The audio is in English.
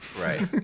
Right